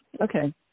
Okay